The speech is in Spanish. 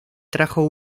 trajo